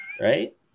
right